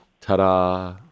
ta-da